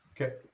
okay